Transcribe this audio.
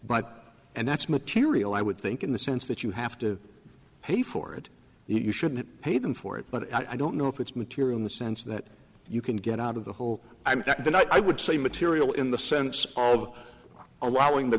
but and that's material i would think in the sense that you have to pay for it and you shouldn't pay them for it but i don't know if it's material in the sense that you can get out of the hole and then i would say material in the sense of allowing the